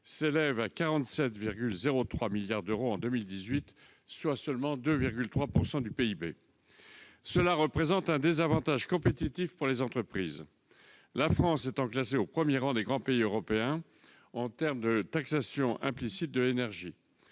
s'élèvent à 47,03 milliards d'euros en 2018, soit 2,3 % du PIB. Cela représente un désavantage compétitif pour les entreprises, la France étant classée au premier rang des grands pays européens en termes de taxation implicite de l'énergie.